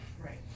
Right